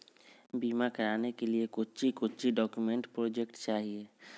बीमा कराने के लिए कोच्चि कोच्चि डॉक्यूमेंट प्रोजेक्ट चाहिए?